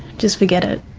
just forget it.